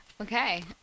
Okay